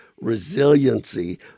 resiliency